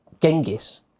Genghis